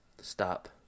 stop